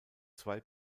zwei